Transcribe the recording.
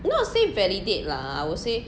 not say validate lah I would say